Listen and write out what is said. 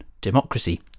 democracy